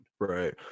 Right